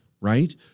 right